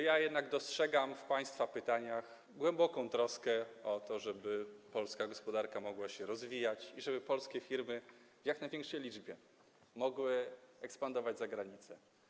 Ja jednak dostrzegam w państwa pytaniach głęboką troskę o to, żeby polska gospodarka mogła się rozwijać, żeby polskie firmy w jak największej liczbie mogły ekspandować za granicę.